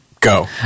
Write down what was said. Go